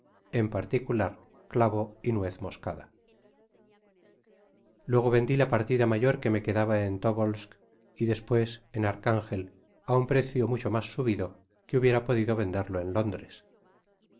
en particular clavo y nuez moscada luego vendi la partida mayor que me quedaba en tobolsk y despues en archangel á un precio mucho mas subido que hubiera podido venderlo enlóndres